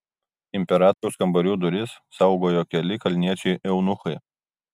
imperatoriaus kambarių duris saugojo keli kalniečiai eunuchai